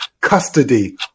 custody